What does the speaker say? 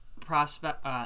prospect